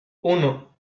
uno